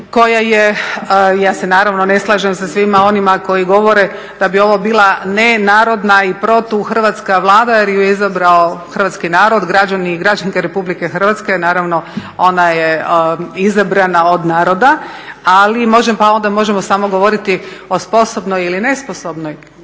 koja je, ja se naravno ne slažem sa svima onima koji govore da bi ovo bila nenarodna i protuhrvatska Vlada jer ju je izabrao hrvatski narod, građani i građanske Republike Hrvatske, naravno ona je izabrana od naroda ali, pa onda možemo samo govoriti o sposobnoj ili nesposobnoj